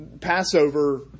Passover